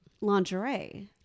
lingerie